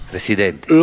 Presidente